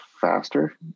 faster